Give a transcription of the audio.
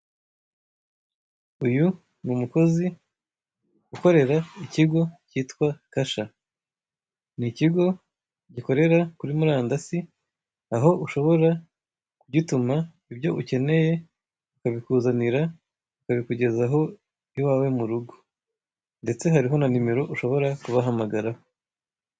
Uyu ni umukozi ukorera ikigo cyitwa Kasha. Ni ikigo gikorera kuri murandasi, aho kugituma ibyo ukeneye bakabikuzanira bakabikugezaho iwawe mu rugo, ndetse hariho na nimero ushobora kubahamagaraho.